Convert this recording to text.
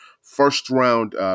first-round